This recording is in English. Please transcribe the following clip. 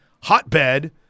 hotbed